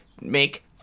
make